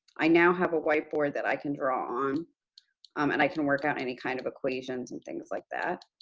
i now have a whiteboard that i can draw on um and i can work out any kind of equations and things like that.